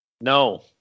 No